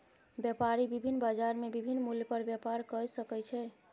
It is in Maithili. व्यापारी विभिन्न बजार में विभिन्न मूल्य पर व्यापार कय सकै छै